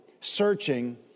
searching